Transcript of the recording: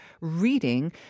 reading